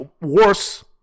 worse